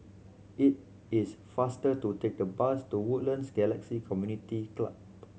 it is faster to take the bus to Woodlands Galaxy Community Club